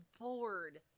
bored